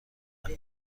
نکن